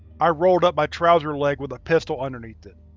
i rolled up my trouser leg with a pistol underneath it.